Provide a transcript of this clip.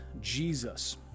Jesus